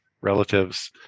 relatives